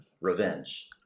Revenge